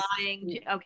Okay